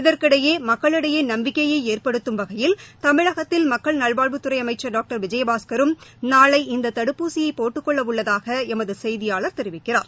இதற்கிடையே மக்களிடையே நம்பிக்கையை ஏற்படுத்தும் வகையில் தமிழகத்தில் மக்கள் நல்வாழ்வுத்துறை அமைச்சள் டாக்டர் விஜயபாஸ்கரும் நாளை இந்த தடுப்பூசியை போட்டுக் கொள்ள உள்ளதாக எமது செய்தியாளர் தெரிவிக்கிறார்